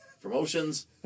promotions